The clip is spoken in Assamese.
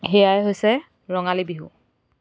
সেয়াই হৈছে ৰঙালী বিহু